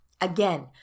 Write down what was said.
Again